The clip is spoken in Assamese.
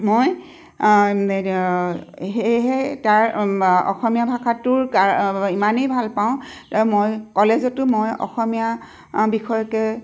মই সেয়েহে তাৰ অসমীয়া ভাষাটোৰ কা ইমানেই ভাল পাওঁ মই কলেজতো মই অসমীয়া বিষয়কে